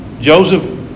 Joseph